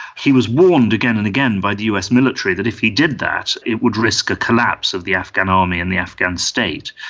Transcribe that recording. he was warned again and again by the us military that if he did that it would risk a collapse of the afghan army and the afghan state.